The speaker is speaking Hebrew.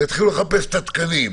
ויתחילו לחפש את התקנים,